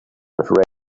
with